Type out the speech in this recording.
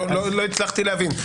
לא הצלחתי להבין.